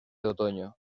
otoño